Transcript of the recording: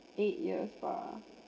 eight years lah